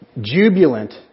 jubilant